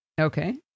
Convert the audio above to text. Okay